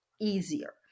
easier